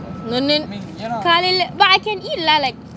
காலைல:kaalaila but I can eat lah like